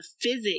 physics